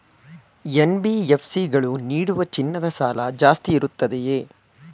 NBFC ಗಳು ನೀಡುವ ಚಿನ್ನದ ಸಾಲ ಜಾಸ್ತಿ ಇರುತ್ತದೆಯೇ?